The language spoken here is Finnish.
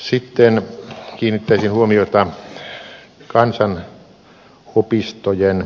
sitten kiinnittäisin huomiota kansanopistojen asemaan